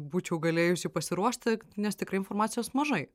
būčiau galėjusi pasiruošti nes tikrai informacijos mažai